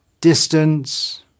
distance